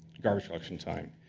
garbage collection time.